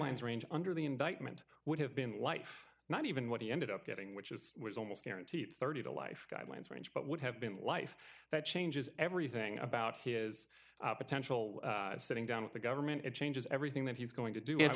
guidelines range under the indictment would have been life not even what he ended up getting which is almost guaranteed thirty to life guidelines range but would have been life that changes everything about his potential sitting down with the government it changes everything that he's going to do if